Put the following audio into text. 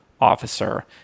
officer